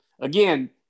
again